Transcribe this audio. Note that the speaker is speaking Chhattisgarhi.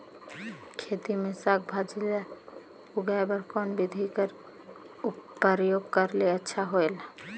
खेती मे साक भाजी ल उगाय बर कोन बिधी कर प्रयोग करले अच्छा होयल?